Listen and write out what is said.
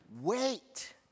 wait